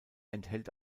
enthält